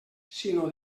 sinó